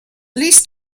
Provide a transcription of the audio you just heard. least